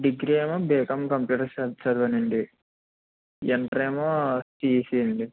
degree ఏమో BCom computers చ చదివానండి ఇంటర్ ఏమో సిఈసి అండి